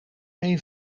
één